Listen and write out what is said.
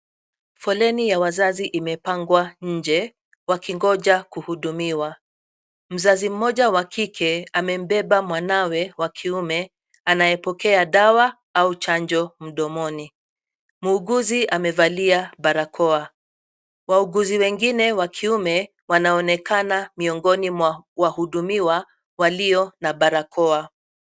Foleni ya wazazi imepangwa nje wakingoja kuhudumiwa. Mzazi mmoja wa kike amembeba mwanawe wa kiume anayepokea dawa au chanjo mdomoni. Muuguzi amevalia barakoa. Wauguzi wengine wa kiume wanaonekana miongoni mwa wahudumiwa walio na barakoa.